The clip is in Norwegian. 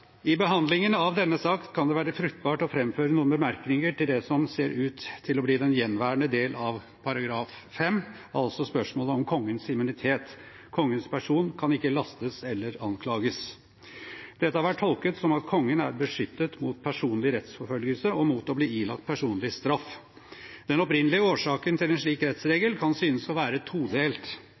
I behandlingen av denne saken kan det være fruktbart å framføre noen bemerkninger til det som ser ut til å bli den gjenværende del av § 5 – altså spørsmålet om kongens immunitet – «han kan ikke lastes eller anklages». Dette har vært tolket som at kongen er beskyttet mot personlig rettsforfølgelse og mot å bli ilagt personlig straff. Den opprinnelige årsaken til en slik rettsregel kan synes å være todelt.